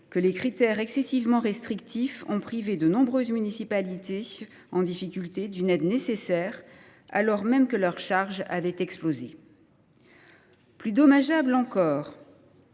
que les critères excessivement restrictifs ont privé de nombreuses municipalités en difficulté d’une aide nécessaire, alors même que leurs charges avaient explosé. Plus dommageable encore,